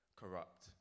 corrupt